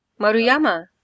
Maruyama